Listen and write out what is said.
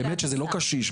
באמת שזה לא קשיש,